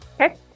Okay